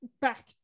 back